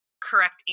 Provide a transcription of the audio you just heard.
correct